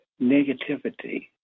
negativity